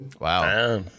Wow